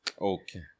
Okay